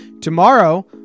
tomorrow